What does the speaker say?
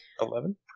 Eleven